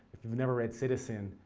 if you've never read citizen,